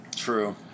true